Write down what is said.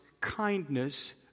kindness